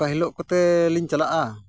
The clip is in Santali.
ᱚᱠᱟ ᱦᱤᱞᱳᱜ ᱠᱚᱛᱮᱞᱤᱧ ᱪᱟᱞᱟᱜᱼᱟ